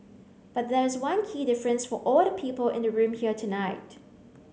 but there is one key difference for all the people in the room here tonight